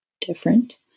different